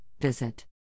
visit